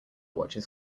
watches